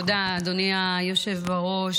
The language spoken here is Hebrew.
תודה, אדוני היושב בראש.